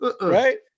Right